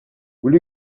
will